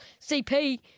CP